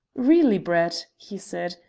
really, brett, he said,